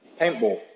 paintball